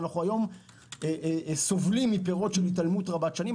ואנחנו היום סובלים מפירות התעלמות רבת שנים.